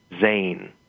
Zane